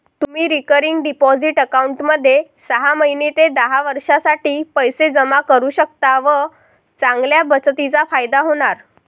तुम्ही recurring deposit अकाउंटमध्ये सहा महिने ते दहा वर्षांसाठी पैसे जमा करू शकता व चांगल्या बचतीचा फायदा होणार